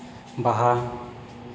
ᱵᱟᱦᱟ